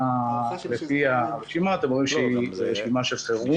לפי הרשימה אתם רואים שהיא רשימה של חירום.